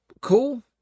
cool